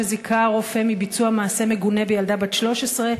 שזיכה רופא מביצוע מעשה מגונה בילדה בת 13,